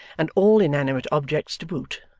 and all inanimate objects to boot,